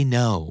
no